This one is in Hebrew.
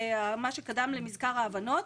מה שקדם למזכר ההבנות.